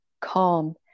calm